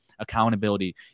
Accountability